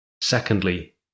Secondly